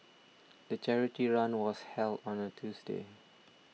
the charity run was held on a Tuesday